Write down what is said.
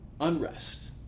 Unrest